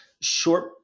short